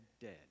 dead